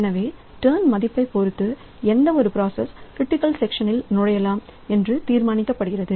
எனவே டர்ன்மதிப்பைப் பொருத்து எந்த ஒரு ப்ராசஸ் க்ரிட்டிக்கல் செக்ஷனில் நுழையலாம் என்று தீர்மானிக்கப்படுகிறது